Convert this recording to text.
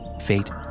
fate